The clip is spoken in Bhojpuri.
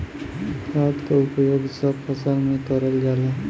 खाद क उपयोग सब फसल में करल जाला